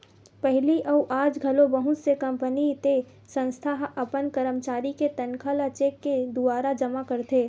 पहिली अउ आज घलो बहुत से कंपनी ते संस्था ह अपन करमचारी के तनखा ल चेक के दुवारा जमा करथे